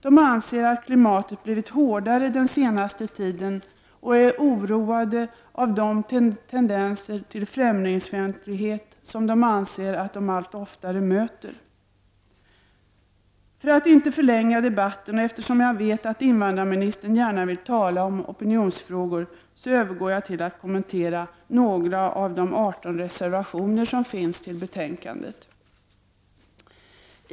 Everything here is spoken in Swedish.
De anser att klimatet har blivit hårdare den senaste tiden, och de är oroade över de tendenser till främlingsfientlighet som de anser att de allt oftare möter. För att inte förlänga debatten, och eftersom jag vet att invandrarministern gärna vill tala om opinionsfrågor, övergår jag till att kommentera några av de 18 reservationer som finns fogade till betänkandet.